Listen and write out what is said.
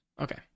Okay